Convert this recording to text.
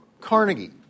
Carnegie